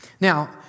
Now